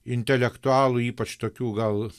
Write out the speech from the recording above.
intelektualų ypač tokių gal